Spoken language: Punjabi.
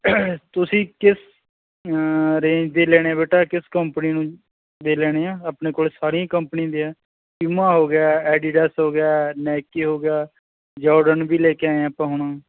ਤੁਸੀਂ ਕਿਸ ਰੇਂਜ ਦੇ ਲੈਣੇ ਬੇਟਾ ਕਿਸ ਕੰਪਨੀ ਨੂੰ ਦੇ ਲੈਣੇ ਆ ਆਪਣੇ ਕੋਲ ਸਾਰੀਆਂ ਕੰਪਨੀ ਦੇ ਆ ਪਿਊਮਾ ਹੋ ਗਿਆ ਐਡੀਡਸ ਹੋ ਗਿਆ ਨਾਇਕੀ ਹੋ ਗਿਆ ਜੋਰਡਨ ਵੀ ਲੈ ਕੇ ਆਏ ਹਾਂ ਆਪਾਂ ਹੁਣ